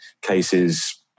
cases